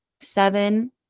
seven